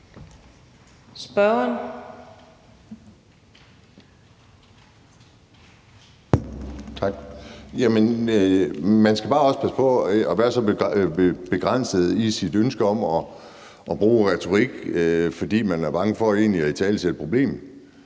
Man skal også bare passe på med at være begrænset i sit ønske om at bruge retorik, fordi man er bange for egentlig at italesætte problemet.